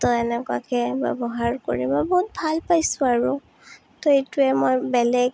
ত' এনেকুৱাকৈ ব্যৱহাৰ কৰি মই বহুত ভাল পাইছোঁ আৰু ত' এইটোৱে মই বেলেগ